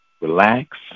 Relax